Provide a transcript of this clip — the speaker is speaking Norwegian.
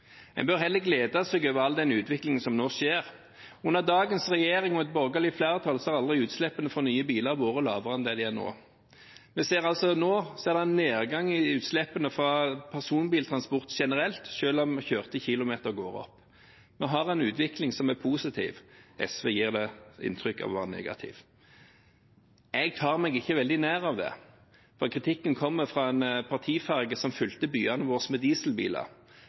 En bør heller glede seg over all den utviklingen som nå skjer. Utslippene fra nye biler har aldri vært lavere enn det de er nå – under dagens regjering og et borgerlig flertall. Vi ser nå en nedgang i utslippene fra personbiltransport generelt, selv om kjørte kilometer går opp. Vi har en utvikling som er positiv. SV gir inntrykk av at den er negativ. Jeg tar meg ikke veldig nær av det, for kritikken kommer fra en partifarge som fylte byene våre med dieselbiler.